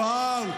וואו,